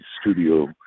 studio